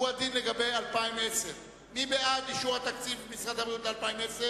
הוא הדין לגבי 2010. מי בעד אישור תקציב משרד הבריאות ל-2010,